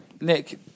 Nick